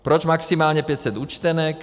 Proč maximálně 500 účtenek?